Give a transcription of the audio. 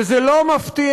וזה לא מפתיע,